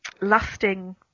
lasting